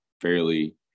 fairly